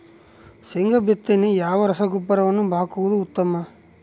ಶೇಂಗಾ ಬಿತ್ತನೆಗೆ ಯಾವ ರಸಗೊಬ್ಬರವನ್ನು ಹಾಕುವುದು ಉತ್ತಮ?